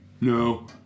No